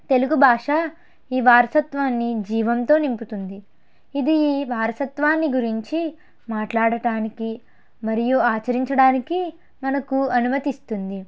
తెలుగు భాష ఈ వారసత్వాన్ని జీవంతో నింపుతుంది ఇది ఈ వారసత్వాన్ని గురించి మాట్లాడటానికి మరియు ఆచరించడానికి మనకు అనుమతిస్తుంది